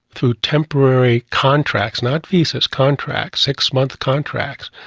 through temporary contracts, not visas, contracts, six-month contracts,